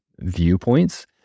viewpoints